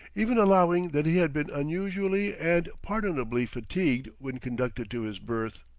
even allowing that he had been unusually and pardonably fatigued when conducted to his berth.